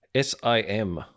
SIM